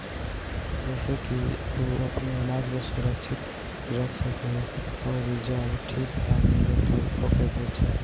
जेसे की उ अपनी आनाज के सुरक्षित रख सके अउरी जब ठीक दाम मिले तब ओके बेचे